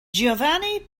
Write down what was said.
giovanni